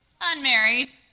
unmarried